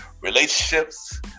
relationships